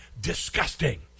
disgusting